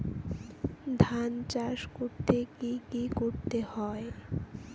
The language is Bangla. ধান চাষ করতে কি কি করতে হয়?